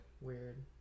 weird